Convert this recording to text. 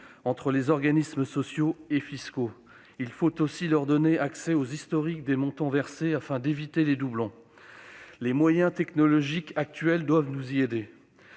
entre les organismes sociaux et fiscaux, il faut aussi leur donner accès aux historiques des montants versés afin d'éviter les doublons. Les moyens technologiques actuels doivent nous y aider.